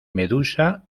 medusa